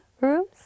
Rooms